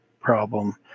problem